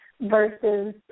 versus